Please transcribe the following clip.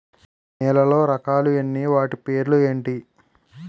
నేలలో రకాలు ఎన్ని వాటి పేర్లు ఏంటి?